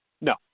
No